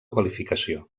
qualificació